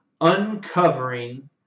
uncovering